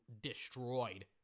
destroyed